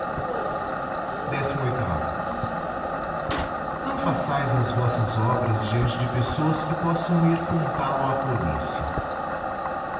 e novelas ão façais as vossas obras diante de pessoas que possam ir contá-lo à polícia